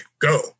go